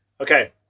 Okay